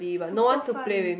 super fun